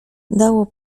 dało